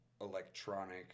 electronic